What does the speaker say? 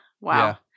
Wow